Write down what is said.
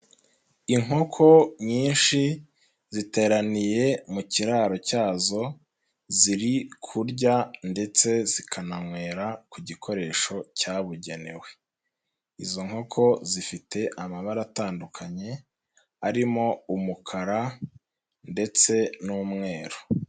Inkoko nyinshi ziteraniye mu kiraro cyazo, ziri kurya ndetse zikananywera ku gikoresho cyabugenewe, izo nkoko zifite amabara atandukanye, arimo umukara ndetse n'umweru.